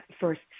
first